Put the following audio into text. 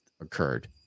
occurred